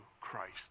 Christ